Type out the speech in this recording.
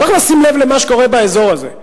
צריך לשים לב למה שקורה באזור הזה.